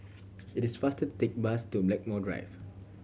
it is faster to take bus to Blackmore Drive